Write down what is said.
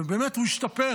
באמת, הוא השתפר.